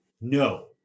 no